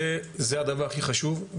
זה הדבר הכי חשוב,